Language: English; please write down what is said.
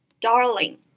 darling